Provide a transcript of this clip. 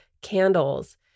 candles